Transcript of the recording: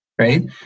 Right